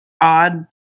odd